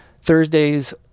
Thursday's